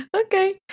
okay